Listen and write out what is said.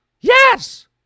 Yes